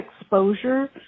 exposure